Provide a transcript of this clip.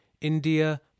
India